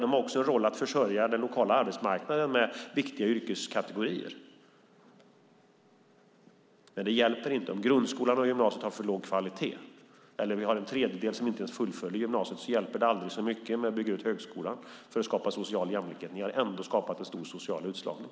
De har också en roll i att försörja den lokala arbetsmarknaden med viktiga yrkeskategorier. Men det hjälper inte om grundskolan och gymnasiet har för låg kvalitet. Vi har en tredjedel som inte ens fullföljer gymnasiet. Då hjälper det inte att bygga ut högskolan aldrig så mycket för att skapa social jämlikhet. Ni har ändå skapat en stor social utslagning.